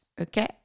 okay